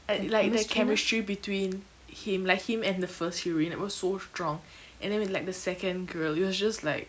at like the chemistry between him like him and the first heroine it was so strong and then with like the second girl it was just like